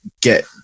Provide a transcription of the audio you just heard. get